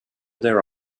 their